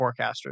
forecasters